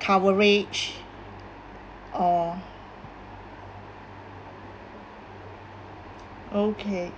coverage uh okay